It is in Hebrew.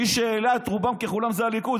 מי שהעלה את רובם ככולם זה הליכוד,